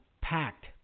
packed